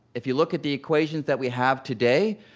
if you look at the equations that we have today,